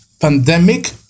pandemic